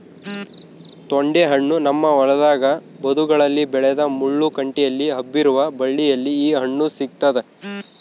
ತೊಂಡೆಹಣ್ಣು ನಮ್ಮ ಹೊಲದ ಬದುಗಳಲ್ಲಿ ಬೆಳೆದ ಮುಳ್ಳು ಕಂಟಿಯಲ್ಲಿ ಹಬ್ಬಿರುವ ಬಳ್ಳಿಯಲ್ಲಿ ಈ ಹಣ್ಣು ಸಿಗ್ತಾದ